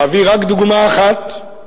ואביא רק דוגמה אחת: